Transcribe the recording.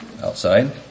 outside